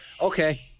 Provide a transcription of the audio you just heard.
okay